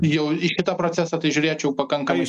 jau į kitą procesą tai žiūrėčiau pakankamai